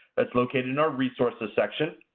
that's located in our resources section.